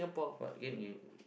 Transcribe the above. what game you